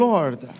Lord